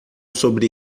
sobre